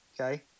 okay